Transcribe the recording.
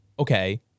Okay